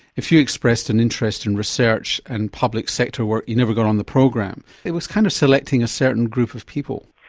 if you expressed an interest in research and public sector work you never got on the program. it was kind of selecting a certain group of people.